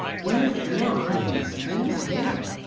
wherefore are these things hid?